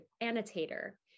annotator